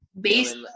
based